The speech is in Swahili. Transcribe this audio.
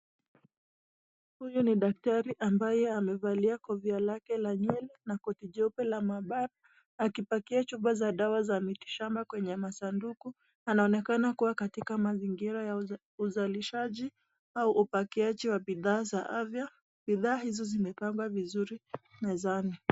Huyu ni daktari ambaye amevalia kofia lake la nywele na koti jeupe la mavaa akipakia chupa za dawa za miti shamba kwenye masanduku. Anaonekana katika mazingira ya uzalishaji ama upakiaji za bidhaa za afya. Bidhaa hizo zimepangwa vizuri mezani.